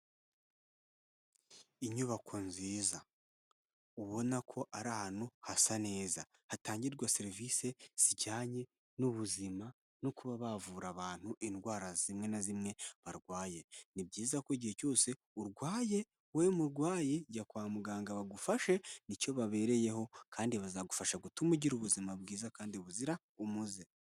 Inyubako nziza, ubona ko ari ahantu hasa neza hatangirwa serivisi zijyanye n'ubuzima no kuba bavura abantu indwara zimwe na zimwe barwaye, ni byiza ko igihe cyose urwaye, wowe murwayi jya kwa muganga bagufashe ni cyo babereyeho kandi bazagufasha gutuma ugira ubuzima bwiza kandi buzira umuze.